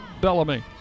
Bellamy